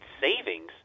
savings